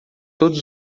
todos